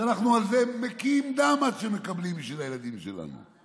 שעל זה אנחנו מקיאים דם עד שאנחנו מקבלים בשביל הילדים שלנו.